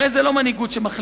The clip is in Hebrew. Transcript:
הרי זו לא מנהיגות שמחליטה,